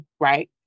right